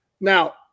now